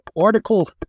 Article